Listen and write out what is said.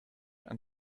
and